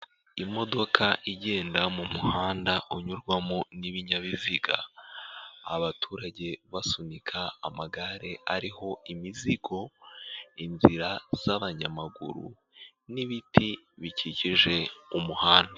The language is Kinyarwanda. Imodoka igenda mu muhanda unyurwamo n'ibinyabiziga, abaturage basunika amagare ariho imizigo, inzira z'abanyamaguru n'ibiti bikikije umuhanda.